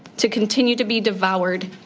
to continue to be devoured